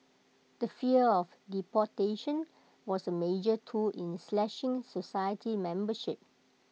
the fear of deportation was A major tool in slashing society membership